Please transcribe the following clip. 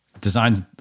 Designs